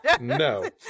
no